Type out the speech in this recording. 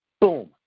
boom